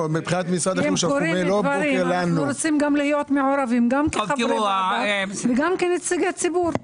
אנחנו רוצים להיות מעורבים גם כחברי ועדה וגם כנציגי ציבור.